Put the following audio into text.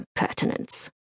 impertinence